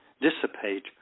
dissipate